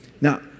Now